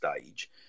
stage